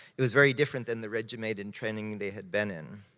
it was very different than the regimented and training they had been in.